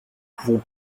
pouvons